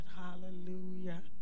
Hallelujah